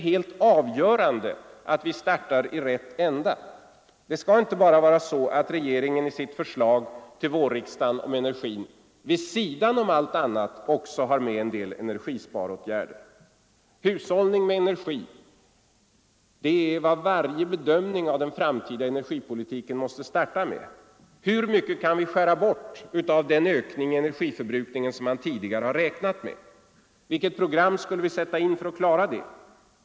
Helt avgörande är ju att vi startar i rätt ände. Det skall inte bara vara så, att regeringen i sitt förslag till vårriksdagen om energin vid sidan av allt annat också har med en del energisparåtgärder. Hushållning med energi är vad varje bedömning av den framtida energipolitiken måste starta med. Hur mycket kan vi skära bort av den ökning i energiförbrukningen som man tidigare har räknat med? Vilket program skall vi sätta in för att klara det?